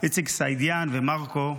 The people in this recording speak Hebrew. איציק סעידיאן ומרקו,